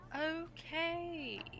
Okay